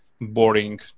boring